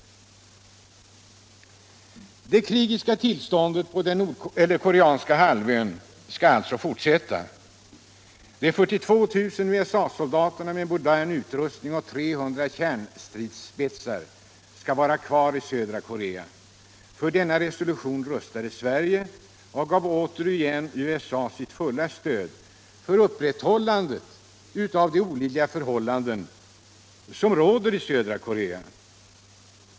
Det krigiska tillståndet på den koreanska halvön skall alltså fortsätta. De 42 000 USA-soldaterna med modern utrustning och 300 kärnstridsspetsar skall vara kvar i södra Korea. För resolutionen röstade Sverige och gav återigen USA sitt fulla stöd för upprätthållandet av de olidliga förhållanden som råder i södra Korea.